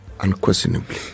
unquestionably